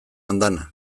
andana